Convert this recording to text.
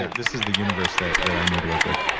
this is the universe that that i know to work with.